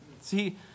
See